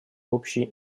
общие